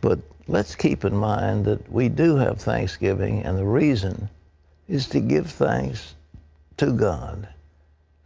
but let's keep in mind that we do have thanksgiving, and the reason is to give thanks to god